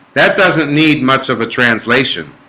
that doesn't need much of a translation